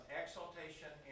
exaltation